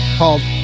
called